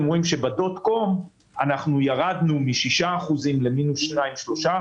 אתם רואים שבדוט-קום ירדנו מ-6% למינוס 2% 3%,